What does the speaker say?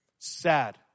sad